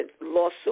lawsuit